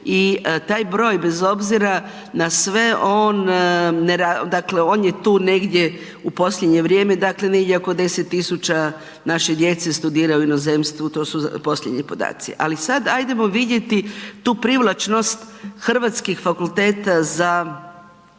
i taj broj bez obzira na sve, on je tu negdje u posljednje vrijeme, dakle negdje oko 10 000 naše djece studira u inozemstvu, to su posljednji podaci. Ali sad ajdemo vidjeti tu privlačnost hrvatskih fakulteta za